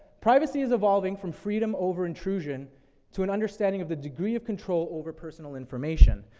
privacy is evolving from freedom over intrusion to an understanding of the degree of control over personal information.